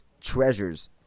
treasures